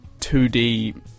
2D